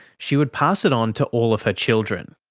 she would pass it on to all of her children.